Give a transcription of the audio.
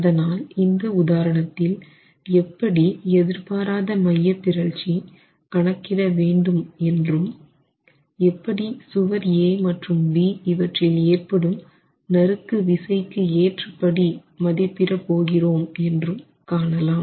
அதனால் இந்த உதாரணத்தில் எப்படி எதிர்பாராத மையப்பிறழ்ச்சி கணக்கிட வேண்டும் என்றும் எப்படி சுவர்A மற்றும் B இவற்றில் ஏற்படும் நறுக்கு விசைக்கு ஏற்றபடி மதிப்பிட போகிறோம் என்று காணலாம்